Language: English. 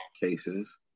cases